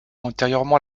antérieurement